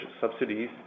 subsidies